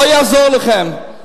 לא יעזור לכם.